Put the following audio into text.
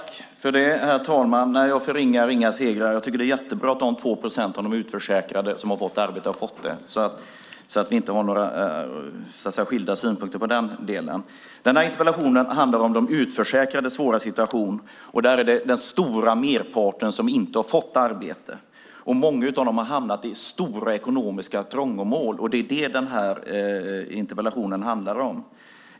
Herr talman! Nej, jag förringar inga segrar. Jag tycker att det är jättebra att de 2 procent av de utförsäkrade som har fått arbete har fått det. Vi har inga skilda synpunkter på den delen. Denna interpellation handlar om de utförsäkrades svåra situation. Där är det den stora merparten som inte har fått arbete. Många av dem har hamnat i stora ekonomiska trångmål. Det är det som denna interpellation handlar om.